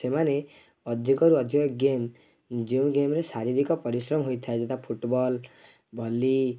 ସେମାନେ ଅଧିକରୁ ଅଧିକ ଗେମ୍ ଯେଉଁ ଗେମ୍ରେ ଶାରୀରିକ ପରିଶ୍ରମ ହୋଇଥାଏ ଯଥା ଫୁଟବଲ୍ ଭଲି